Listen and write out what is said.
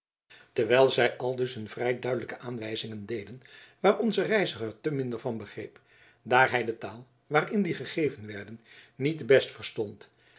terwijl zij aldus hun vrij duidelijke aanwijzingen deden waar onze reiziger te minder van begreep daar hij de taal waarin die gegeven werden niet te best verstond